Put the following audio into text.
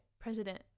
President